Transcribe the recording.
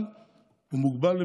אבל מוגבל,